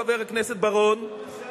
חבר הכנסת בר-און,